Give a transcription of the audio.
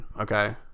okay